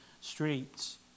streets